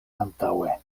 antaŭe